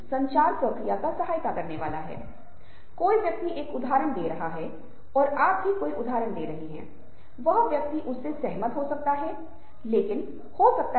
संसर्ग वह जगह है जहाँ आप किसी और की भावनाओं से संक्रमित होते हैं और दोनों को सहानुभूति के साथ साथ सहानुभूति तक ले जा सकते हैं